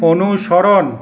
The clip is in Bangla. অনুসরণ